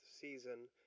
season